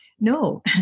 No